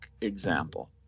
example